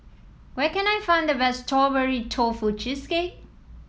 where can I find the best Strawberry Tofu Cheesecake